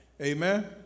Amen